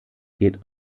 geht